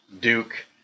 Duke